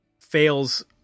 fails